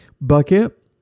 bucket